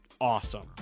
Awesome